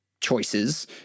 choices